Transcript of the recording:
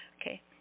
Okay